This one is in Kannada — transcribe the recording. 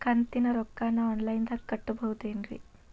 ಕಂತಿನ ರೊಕ್ಕನ ಆನ್ಲೈನ್ ದಾಗ ಕಟ್ಟಬಹುದೇನ್ರಿ?